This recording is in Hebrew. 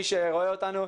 מי שרואה אותנו,